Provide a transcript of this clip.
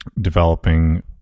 developing